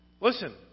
Listen